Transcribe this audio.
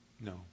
No